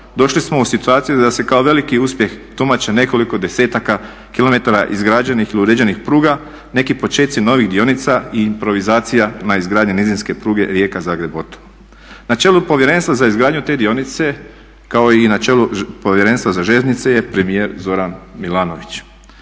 Došli smo u situaciju da se kao veliki uspjeh tumači nekoliko desetaka kilometara izgrađenih i uređenih pruga, neki počeci novih dionica i improvizacija na izgradnji nizinske pruge Rijeka-Zagreb-Botovo. Na čelu povjerenstva za izgradnju te dionice kao i na čelu Povjerenstva za željeznice je premijer Zoran Milanović.